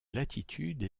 latitude